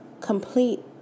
complete